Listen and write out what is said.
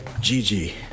Gigi